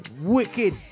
Wicked